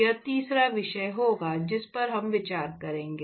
यह तीसरा विषय होगा जिस पर हम विचार करेंगे